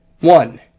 One